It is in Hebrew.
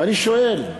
ואני שואל,